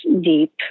deep